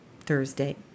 Thursday